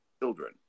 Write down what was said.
children